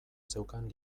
zeukan